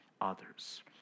others